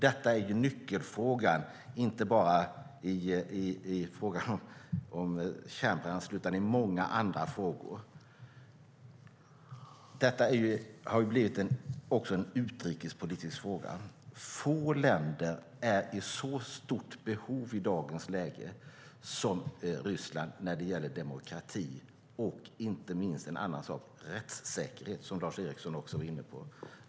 Detta är nyckelfrågan, inte bara i fråga om kärnbränsle utan även i många andra frågor. Detta har också blivit en utrikespolitisk fråga. Få länder är i dag i så stort behov av demokrati och inte minst rättssäkerhet som Ryssland, som Lars Eriksson också var inne på.